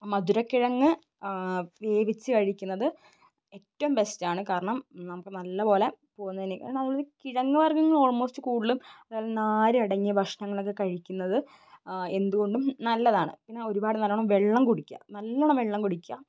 മധുരക്കിഴങ്ങ് വേവിച്ച് കഴിക്കുന്നത് ഏറ്റവും ബെസ്റ്റാണ് കാരണം നമുക്ക് നല്ലതുപോലെ പോകുന്നതിന് കാരണം അതുപോലെ കിഴങ്ങുവർഗ്ഗങ്ങള് ഓള്മോസ്റ്റ് കൂടുതലും നാരടങ്ങിയ ഭക്ഷണങ്ങളൊക്കെ കഴിക്കുന്നത് എന്തുകൊണ്ടും നല്ലതാണ് പിന്നെ ഒരുപാട് നല്ലവണ്ണം വെള്ളം കുടിക്കുക നല്ലവണ്ണം വെള്ളം കുടിക്കുക